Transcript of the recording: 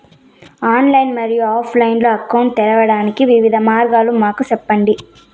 Online మరియు offline account తెరవడానికి వివిధ మార్గాలు మాకు సెప్పండి?